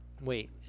Wait